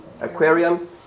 aquarium